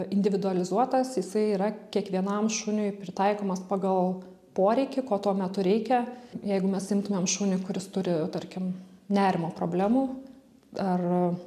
individualizuotas jisai yra kiekvienam šuniui pritaikomas pagal poreikį ko tuo metu reikia jeigu mes imtumėm šunį kuris turi tarkim nerimo problemų ar